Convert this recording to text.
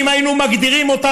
אם היינו מגדירים אותם,